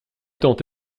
tant